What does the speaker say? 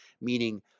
Meaning